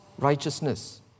righteousness